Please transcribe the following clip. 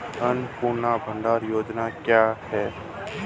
अन्नपूर्णा भंडार योजना क्या है?